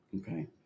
Okay